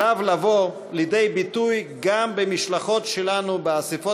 עליו לבוא לידי ביטוי גם במשלחות שלנו באספות